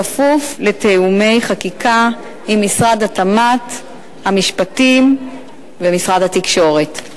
בכפוף לתיאומי חקיקה עם משרדי התמ"ת והמשפטים ומשרד התקשורת.